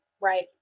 Right